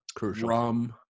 rum